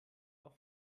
auf